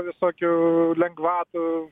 visokių lengvatų